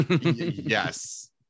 Yes